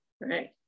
right